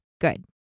good